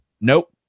nope